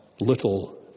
little